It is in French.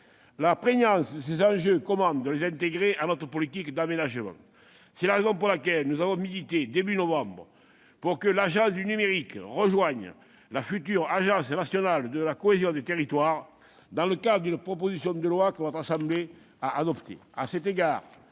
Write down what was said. prégnants, ce qui commande de les inclure dans notre politique d'aménagement. C'est la raison pour laquelle nous avons milité, au début de ce mois de novembre, pour que l'Agence du numérique rejoigne la future agence nationale de la cohésion des territoires, dans le cadre de la proposition de loi que notre assemblée a adoptée.